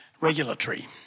Regulatory